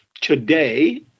Today